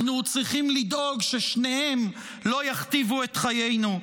אנחנו צריכים לדאוג ששניהם לא יכתיבו את חיינו.